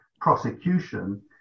prosecution